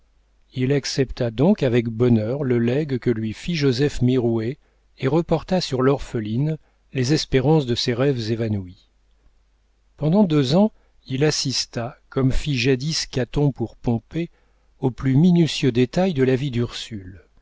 il accepta donc avec bonheur le legs que lui fit joseph mirouët et reporta sur l'orpheline les espérances de ses rêves évanouis pendant deux ans il assista comme fit jadis caton pour pompée aux plus minutieux détails de la vie d'ursule